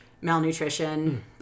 malnutrition